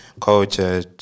culture